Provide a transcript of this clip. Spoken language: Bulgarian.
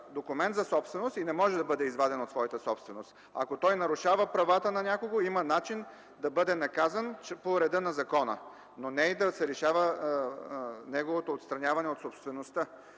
документ за собственост и не може да бъде изваден от своята собственост. Ако той нарушава правата на някого, има начин да бъде наказан по реда на закона, но не и да се решава неговото отстраняване от собствеността.